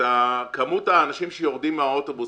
את כמות האנשים שיורדים מהאוטובוס,